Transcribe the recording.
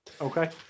Okay